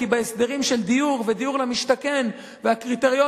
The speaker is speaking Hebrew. כי בהסדרים של דיור ודיור למשתכן והקריטריונים,